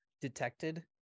detected